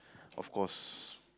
of course